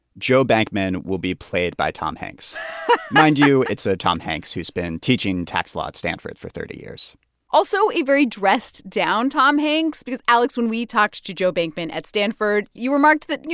joe bankman will be played by tom hanks mind you, it's a tom hanks who's been teaching tax law at stanford for thirty years also, a very dressed-down tom hanks because, alex, when we talked to joe bankman at stanford, you remarked that, you